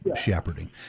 shepherding